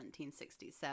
1767